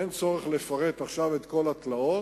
אין צורך לפרט עכשיו את כל התלאות.